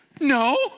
no